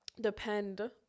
depend